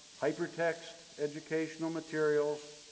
hypertext educational materials,